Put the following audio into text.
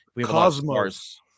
Cosmos